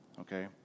Okay